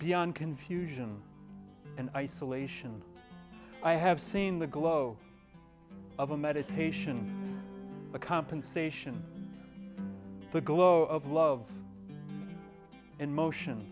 beyond confusion and isolation i have seen the glow of a meditation a compensation the glow of love in motion